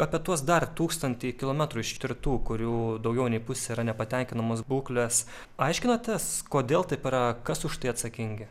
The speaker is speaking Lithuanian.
apie tuos dar tūkstantį kilometrų ištirtų kurių daugiau nei pusė yra nepatenkinamos būklės aiškinotės kodėl taip yra kas už tai atsakingi